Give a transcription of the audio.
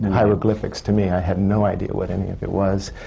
hieroglyphics to me. i had no idea what any of it was.